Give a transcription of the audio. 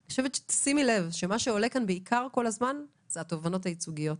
שימי לב שמה שעולה כאן בעיקר כל הזמן זה התובענות הייצוגיות.